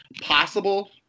possible